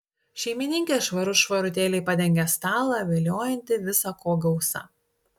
šeimininkė švarut švarutėliai padengė stalą viliojantį visa ko gausa